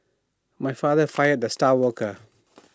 my father fired the star worker